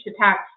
attacks